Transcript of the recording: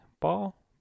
ball